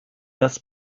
das